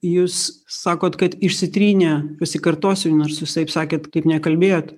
jūs sakot kad išsitrynė pasikartosiu nors jūs taip sakėt kaip nekalbėjot